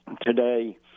today